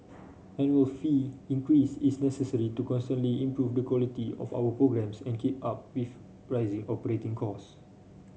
annual fee increase is necessary to constantly improve the quality of our programmes and keep up with rising operating cost